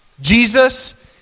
Jesus